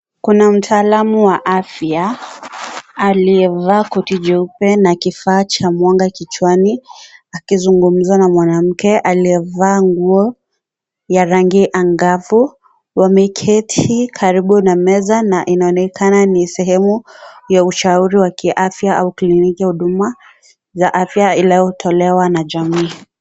Kuna mtaalamu wa afya aliyevaa koti jeupe na kifaa cha mwanga kichwani akizungumza na mwanamke aliyevaa nguo ya rangi angavu. Wameketi karibu na meza na inaonekana ni sehemu ya ushauri wa kiafya au kliniki ya huduma za afya inayotolewa na jamii.